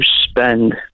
spend